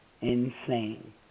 insane